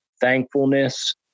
thankfulness